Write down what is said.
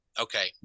Okay